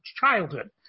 childhood